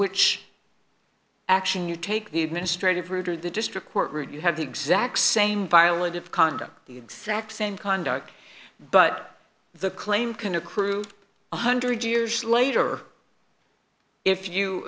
which action you take the administrative ridge or the district court route you have the exact same violative conduct the exact same conduct but the claim can accrue one hundred years later if you